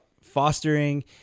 fostering